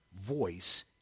voice